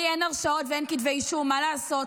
לי אין הרשעות ואין כתבי אישום, מה לעשות.